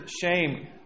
shame